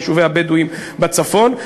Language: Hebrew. ליישובי הבדואים בצפון,